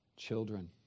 Children